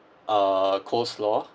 uh coleslaw